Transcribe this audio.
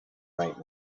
right